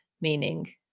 meaning